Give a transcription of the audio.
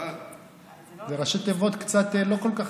זה ראשי תיבות לא כל כך,